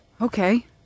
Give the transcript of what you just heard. Okay